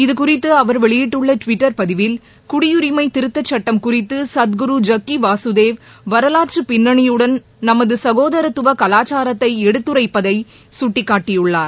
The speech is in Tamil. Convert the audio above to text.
இது குறிதது அவர் வெளியிட்டுள்ள டுவிட்டர் பதிவில் குடியுரிமை திருத்தச் சட்டம் குறித்து சத்குரு ஜக்கி வரலாற்று பின்னணியுடன் நமது சகோதரத்துவ கலாச்சாரத்தை எடுத்துரைத்திருப்பதை வாசுதேவ் சுட்டிக்காட்டியுள்ளார்